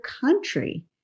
country